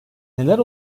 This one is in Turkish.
neler